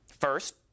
First